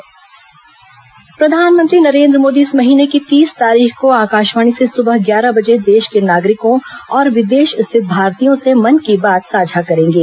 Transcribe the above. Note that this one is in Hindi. मन की बात प्रधानमंत्री नरेन्द्र मोदी इस महीने की तीस तारीख को आकाशवाणी से सुबह ग्यारह बजे देश के नागरिकों और विदेश स्थित भारतीयों से मन की बात साझा करेंगे